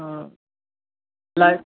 లై